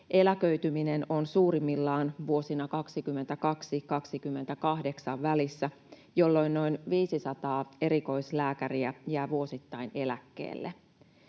Eläköityminen on suurimmillaan vuosien 22 ja 28 välissä, jolloin noin 500 erikoislääkäriä jää vuosittain eläkkeelle.